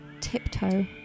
tiptoe